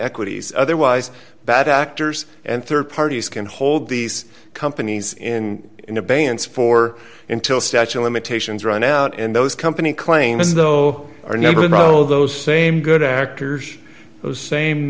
equities otherwise bad actors and rd parties can hold these companies in in abeyance for until statue of limitations run out and those company claims though our number no those same good actors those same